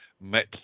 met